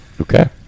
Okay